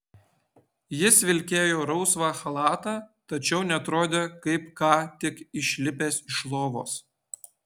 jis vilkėjo rausvą chalatą tačiau neatrodė kaip ką tik išlipęs iš lovos